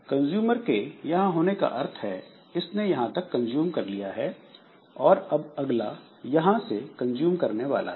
consumer के यहां पर होने का अर्थ है इसने यहां तक कंज़्यूम कर लिया है और अब अगला यहां से कंज्यूम करने वाला है